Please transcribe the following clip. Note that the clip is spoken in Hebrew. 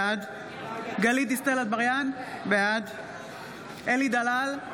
בעד גלית דיסטל אטבריאן, בעד אלי דלל,